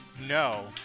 No